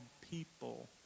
people